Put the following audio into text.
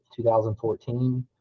2014